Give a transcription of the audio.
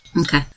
Okay